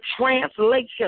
translation